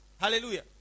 Hallelujah